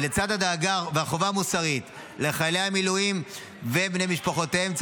ולצד הדאגה והחובה המוסרית לחיילי המילואים ובני משפחותיהם,